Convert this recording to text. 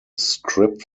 script